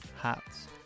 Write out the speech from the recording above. hats